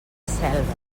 selva